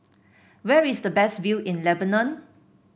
where is the best view in Lebanon